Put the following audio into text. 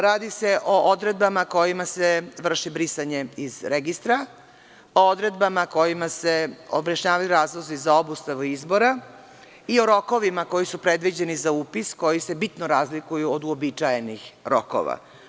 Radi se o odredbama kojima se vrši brisanje iz registra, o odredbama kojima se objašnjavaju razlozi za obustavu izbora i o rokovima koji su predviđeni za upis, koji se bitno razlikuju od uobičajenih rokova.